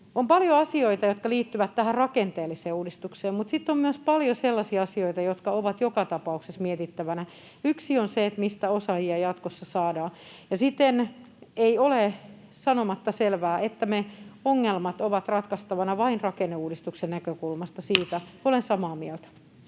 On paljon asioita, jotka liittyvät tähän rakenteelliseen uudistukseen, mutta sitten on myös paljon sellaisia asioita, jotka ovat joka tapauksessa mietittävänä. Yksi on se, mistä osaajia jatkossa saadaan, ja siten ei ole sanomatta selvää, että ne ongelmat ovat ratkaistavissa vain rakenneuudistuksen näkökulmasta. Siitä